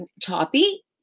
choppy